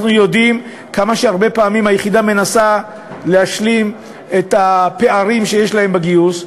אנחנו יודעים כמה פעמים היחידה מנסה להשלים את הפערים שיש לה בגיוס,